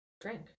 drink